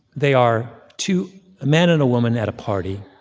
they are two a man and a woman at a party.